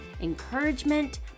encouragement